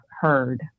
heard